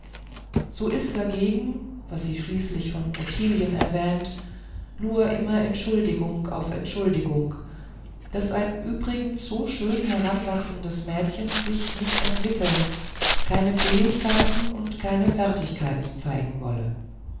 so ist dagegen was sie schließlich von ottilien erwähnt nur immer entschuldigung auf entschuldigung daß ein übrigens so schön heranwachsendes mädchen sich nicht entwickeln keine fähigkeiten und keine fertigkeiten zeigen wolle